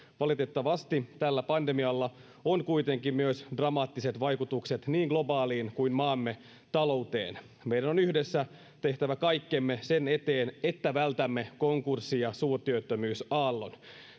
valitettavasti tällä pandemialla on kuitenkin myös dramaattiset vaikutukset niin globaaliin kuin maamme talouteen meidän on yhdessä tehtävä kaikkemme sen eteen että vältämme konkurssi ja suurtyöttömyysaallon